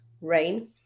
Rain